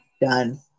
done